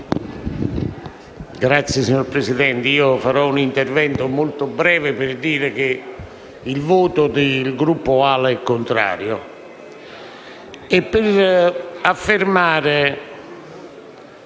(MpA))*. Signora Presidente, farò un intervento molto breve per dire che il voto del Gruppo AL-A è contrario.